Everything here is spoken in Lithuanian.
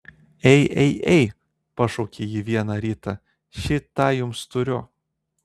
ei ei ei pašaukė ji vieną rytą šį tą jums turiu